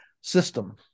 system